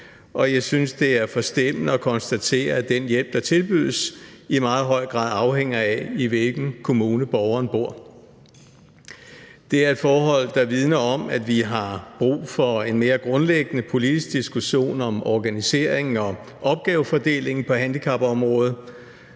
og jeg synes, det er forstemmende at konstatere, at den hjælp, der tilbydes, i meget høj grad afhænger af, i hvilken kommune borgeren bor. Det er et forhold, der vidner om, at vi har brug for en mere grundlæggende politisk diskussion om organiseringen og opgavefordelingen på handicapområdet.